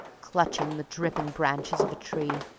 clutching the dripping branches of a tree,